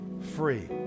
free